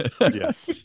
Yes